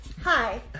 hi